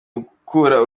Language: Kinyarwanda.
gukura